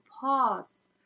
pause